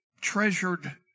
treasured